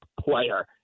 player